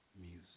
music